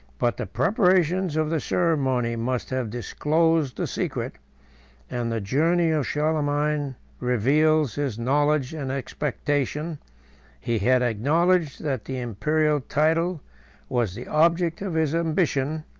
but the preparations of the ceremony must have disclosed the secret and the journey of charlemagne reveals his knowledge and expectation he had acknowledged that the imperial title was the object of his ambition,